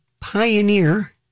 pioneer